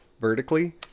vertically